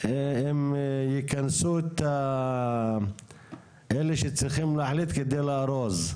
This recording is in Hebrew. הם ייכנסו את אלה שצריכים להחליט כדי לארוז,